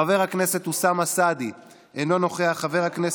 חבר הכנסת אוסאמה סעדי, אינו נוכח, חבר הכנסת,